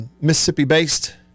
Mississippi-based